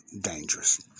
dangerous